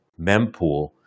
mempool